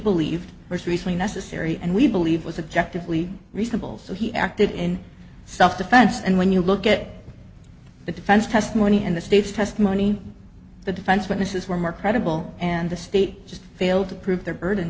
believed was recently necessary and we believe was objective lee reasonable so he acted in self defense and when you look at the defense testimony and the state's testimony the defense witnesses were more credible and the state just failed to prove their burden